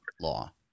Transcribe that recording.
law